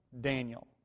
Daniel